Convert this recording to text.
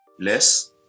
less